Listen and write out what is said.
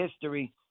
history